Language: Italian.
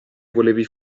volevi